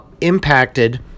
impacted